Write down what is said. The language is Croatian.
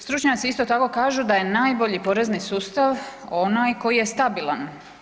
Stručnjaci isto tako kažu da je najbolji porezni sustav onaj koji je stabilan.